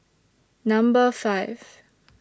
Number five